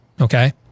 okay